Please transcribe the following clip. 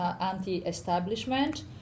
anti-establishment